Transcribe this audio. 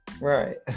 Right